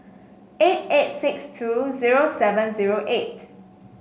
eight eight six two zero seven zero eight